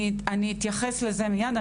אני אתייחס לזה מייד,